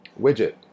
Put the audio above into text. widget